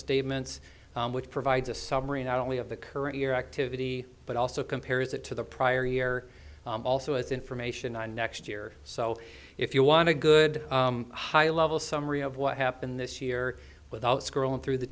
statements which provides a summary not only of the current year activity but also compares it to the prior year also as information one next year so if you want a good high level summary of what happened this year without scrolling through the